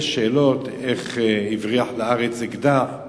נשאלות השאלות איך הוא הבריח אקדח לארץ,